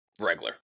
regular